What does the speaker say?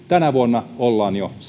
tänä vuonna ollaan jo sijalla